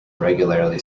regularly